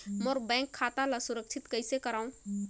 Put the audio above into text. मोर bank खाता ला सुरक्षित कइसे रखव?